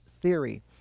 theory